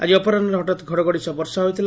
ଆକି ଅପରାହୁରେ ହଠାତ୍ ଘଡଘଡି ସହ ବର୍ଷା ହୋଇଥିଲା